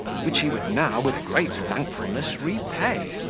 which he would now, with great thankfulness, repay.